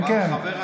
כן, כן.